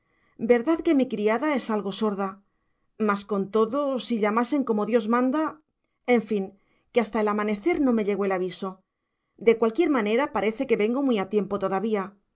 verdad que mi criada es algo sorda mas con todo si llamasen como dios manda en fin que hasta el amanecer no me llegó el aviso de cualquier manera parece que vengo muy a tiempo todavía